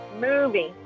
Movie